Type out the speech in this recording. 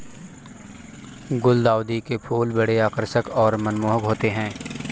गुलदाउदी के फूल बड़े आकर्षक और मनमोहक होते हैं